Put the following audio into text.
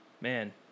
man